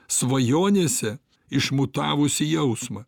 svajonėse išmutavusį jausmą